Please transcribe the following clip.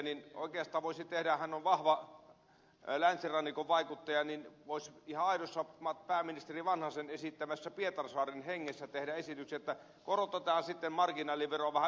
oikeastaan hän voisi kun on vahva länsirannikon vaikuttaja ihan aidossa pääministeri vanhasen esittämässä pietarsaaren hengessä tehdä esityksiä että korotetaan sitten marginaaliveroa vähän ylöspäin